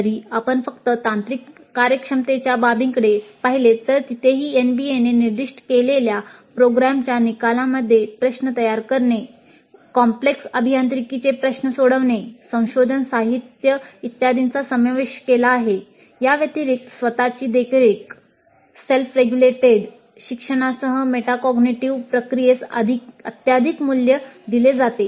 जरी आपण फक्त तांत्रिक कार्यक्षमतेच्या बाबींकडे पाहिले तर तिथेही एनबीएने प्रक्रियेस अत्यधिक मूल्य दिले जाते